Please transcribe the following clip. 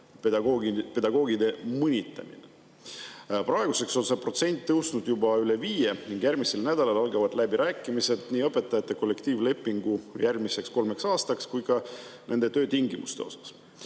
kui pedagoogide mõnitamine. Praeguseks on see protsent tõusnud juba üle viie. Järgmisel nädalal algavad läbirääkimised nii õpetajate kollektiivlepingu [koostamiseks] järgmiseks kolmeks aastaks kui ka nende töötingimuste